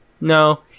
no